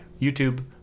YouTube